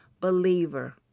believer